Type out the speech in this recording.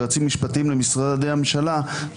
יועצים משפטיים למשרדי הממשלה,